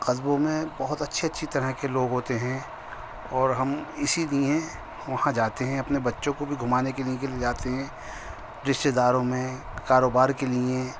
قصبوں میں بہت اچھے اچھی طرح کے لوگ ہوتے ہیں اور ہم اسی لیے وہاں جاتے ہیں اپنے بچوں کو بھی گھمانے کے لیے کے لے جاتے ہیں رشتے داروں میں کاروبار کے لیے